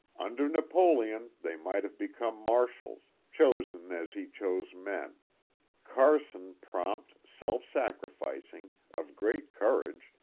under napoleon they might have become marshals, chosen as he chose men carson prompt, self-sacrificing, of great courage,